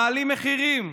מעלים מחירים.